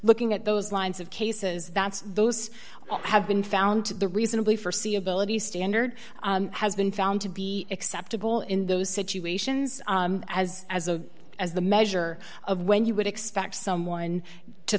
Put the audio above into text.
looking at those lines of cases that those have been found to the reasonably forsee abilities standard has been found to be acceptable in those situations as as a as the measure of when you would expect someone to